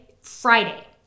Friday